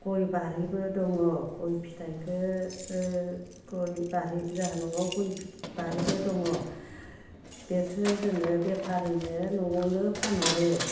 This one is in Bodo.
गय बारिबो दङ गय फिथाइखो ओ गय बारि जाहा न'आव गय बारिबो दङ बेखो जोङो बेफारिनो न'आवनो फानहरो